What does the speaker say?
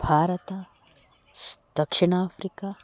ಭಾರತ ಸ್ ದಕ್ಷಿಣ ಆಫ್ರಿಕಾ